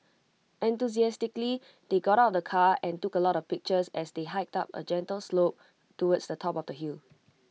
enthusiastically they got out of the car and took A lot of pictures as they hiked up A gentle slope towards the top of the hill